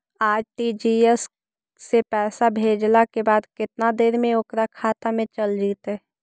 RTGS से पैसा भेजला के बाद केतना देर मे ओकर खाता मे चल जितै?